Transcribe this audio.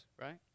right